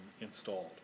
installed